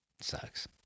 Sucks